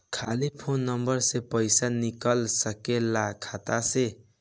खाली phone number से पईसा निकल सकेला खाता से?